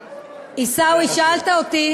עיסאווי, שאלת אותי